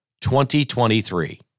2023